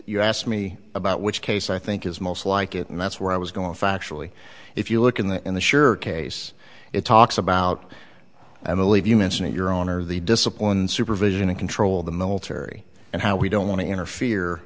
you asked me about which case i think is most like it and that's where i was going factually if you look in the in the sure case it talks about i believe you mentioned your own or the discipline supervision and control of the military and how we don't want to interfere